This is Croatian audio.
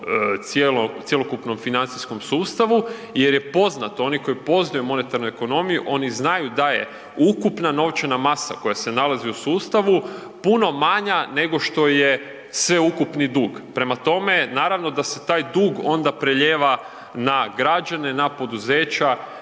cjelokupnom financijskom sustavu jer je poznato oni koji poznaju monetarnu ekonomiju, oni znaju da je ukupna novčana masa koja se nalazi u sustavu puno manja nego što je sveukupni dug. Prema tome, naravno da se taj dug onda prelijeva na građane, na poduzeća,